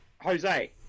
Jose